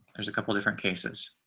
there's a couple different cases.